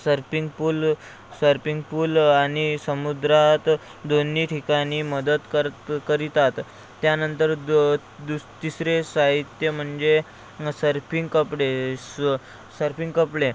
surfing pool surfing pool आणि समुद्रात दोन्ही ठिकाणी मदत कर कं करतात त्यानंतर दो दु तिसरे साहित्य म्हणजे सर्पिंग कपडे स सर्पिंग कपडे